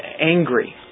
angry